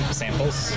samples